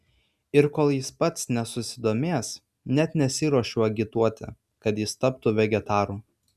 ir kol jis pats nesusidomės net nesiruošiu agituoti kad jis taptų vegetaru